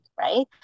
right